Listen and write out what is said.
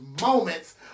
moments